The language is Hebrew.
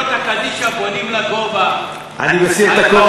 ממשבר קבורה ארצי, אני מסיר את הכובע